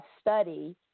study